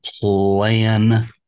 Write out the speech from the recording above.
plan